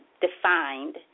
defined